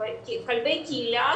כלבי קהילה,